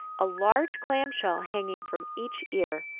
a large clam-shell hanging from each ear,